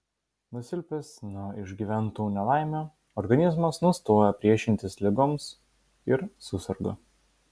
nusilpęs nuo išgyventų nelaimių organizmas nustoja priešintis ligoms ir suserga